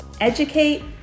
Educate